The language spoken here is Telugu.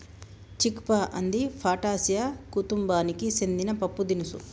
చిక్ పా అంది ఫాటాసియా కుతుంబానికి సెందిన పప్పుదినుసు